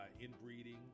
inbreeding